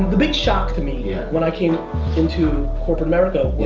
the big shock to me yeah when i came into corporate america yeah